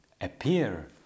appear